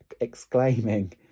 exclaiming